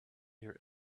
her